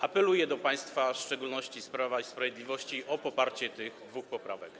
Apeluję do państwa, w szczególności do państwa z Prawa i Sprawiedliwości, o poparcie tych dwóch poprawek.